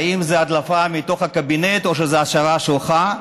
האם זו הדלפה מתוך הקבינט או שזו השערה שלך?